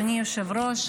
אדוני היושב-ראש,